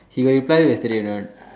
he got reply you yesterday or not